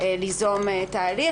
ליזום תהליך.